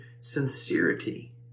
Sincerity